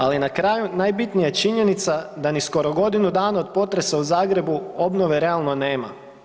Ali na kraju najbitnija činjenica da ni skoro godinu dana od potresa u Zagrebu obnove realno nema.